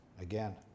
again